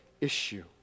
issue